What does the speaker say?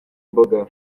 imboga